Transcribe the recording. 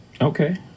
Okay